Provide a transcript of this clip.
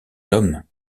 l’homme